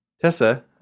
Tessa